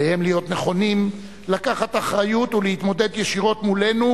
עליהם להיות נכונים לקחת אחריות ולהתמודד ישירות מולנו,